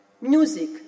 music